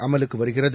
அமலுக்கு வருகிறது